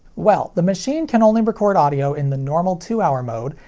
well, the machine can only record audio in the normal two hour mode,